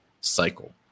cycle